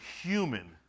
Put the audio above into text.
human